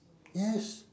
yes